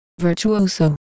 Virtuoso